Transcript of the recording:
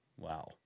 Wow